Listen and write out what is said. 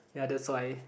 ya that's why